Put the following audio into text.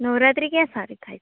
નવરાત્રિ ક્યાં સારી થાય છે